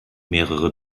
mehrere